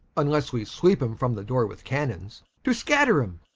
vnlesse wee sweepe em from the dore with cannons, to scatter em,